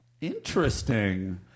Interesting